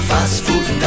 Fast-Food